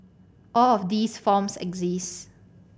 all of these forms exist